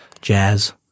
Jazz